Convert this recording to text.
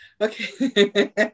Okay